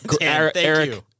Eric